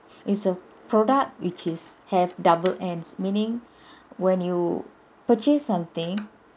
it's a product which is have doubled ends meaning when you purchase something